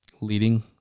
leading